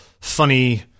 funny